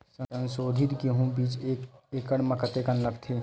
संसोधित गेहूं बीज एक एकड़ म कतेकन लगथे?